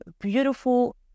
beautiful